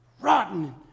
rotten